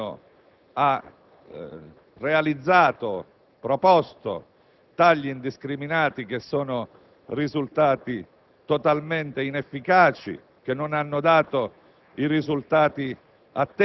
il passato Governo ha realizzato tagli indiscriminati che sono risultati totalmente inefficaci e non hanno dato